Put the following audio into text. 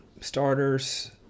starters